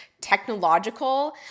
technological